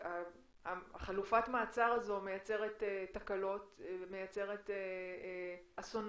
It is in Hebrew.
שחלופת המעצר הזו מייצרת תקלות, מייצרת אסונות.